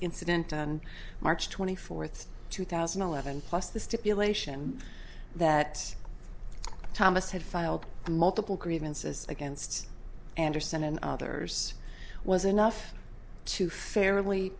incident on march twenty fourth two thousand and eleven plus the stipulation that thomas had filed multiple grievances against anderson and others was enough to fairly